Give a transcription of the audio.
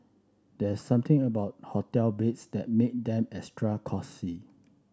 there's something about hotel beds that make them extra cosy